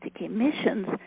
emissions